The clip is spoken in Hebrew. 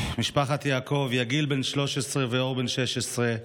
משפחת יעקב, יגיל, בן 13, ואור, בן 16,